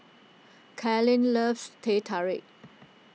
Kalen loves Teh Tarik